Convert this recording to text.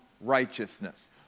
righteousness